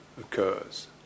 occurs